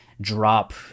drop